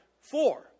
four